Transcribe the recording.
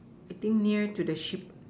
I think near to the sheep